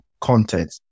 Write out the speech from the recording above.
content